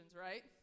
right